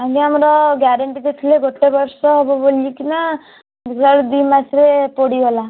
ଆଜ୍ଞା ଆମର ଗ୍ୟାରେଣ୍ଟି ତ ଥିଲା ଗୋଟେ ବର୍ଷ ହବ ବୋଲି କିନା ଦେଖିଲା ବେଳୁ ଦୁଇ ମାସରେ ପୋଡ଼ିଗଲା